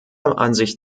ansicht